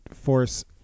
force